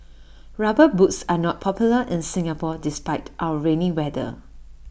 rubber boots are not popular in Singapore despite our rainy weather